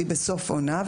היא בסוף עונה,